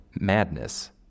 madness